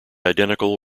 identical